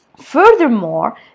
Furthermore